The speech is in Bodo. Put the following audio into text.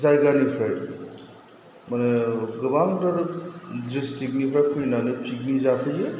जायगानिफ्राय माने गोबांथार दिसथ्रिखनिफ्राय फैनानै फिकनिक जाफैयो